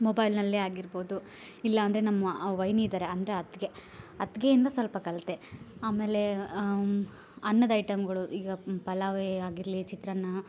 ಮೊಬೈಲ್ನಲ್ಲೇ ಆಗಿರ್ಬೋದು ಇಲ್ಲಾಂದರೆ ನಮ್ಮ ವಯ್ನಿ ಇದ್ದಾರೆ ಅಂದರೆ ಅತ್ತಿಗೆ ಅತ್ತಿಗೆ ಇಂದ ಸ್ವಲ್ಪ ಕಲ್ತೆ ಆಮೇಲೆ ಅನ್ನದ ಐಟಮ್ಗಳು ಈಗ ಪಲಾವೇ ಆಗಿರಲಿ ಚಿತ್ರನ್ನ